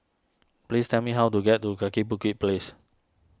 please tell me how to get to Kaki Bukit Place